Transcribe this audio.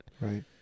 Right